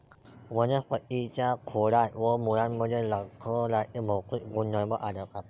वनस्पतीं च्या खोडात व मुळांमध्ये लाकडाचे भौतिक गुणधर्म आढळतात